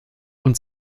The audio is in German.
und